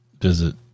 visit